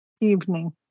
evening